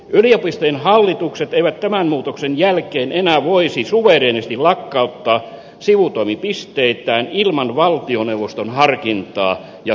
yliopistojen hallitukset eivät tämän muutoksen jälkeen enää voisi suvereenisti lakkauttaa sivutoimipisteitään ilman valtioneuvoston harkintaa ja suostumusta